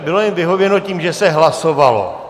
Bylo jim vyhověno tím, že se hlasovalo.